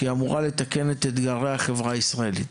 שהיא אמורה לתקן את אתגרי החברה הישראלית.